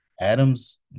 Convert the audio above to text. Adams